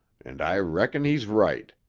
and i reckon he's right.